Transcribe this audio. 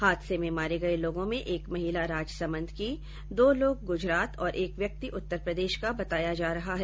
हादसे में मारे गए लोगों में एक महिला राजसमंद की दो लोग गुजरात और एक व्यक्ति उत्तरप्रदेश का बताया जा रहा है